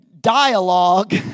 dialogue